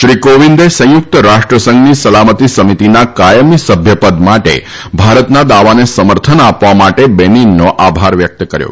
શ્રી કોવિંદે સંયુક્ત રાષ્ટ્રસંઘની સલામતી સમિતીના કાયમી સભ્યપદ માટે ભારતના દાવાને સમર્થન આપવા માટે બેનીનનો આભાર વ્યક્ત કર્યો